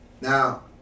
Now